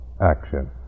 action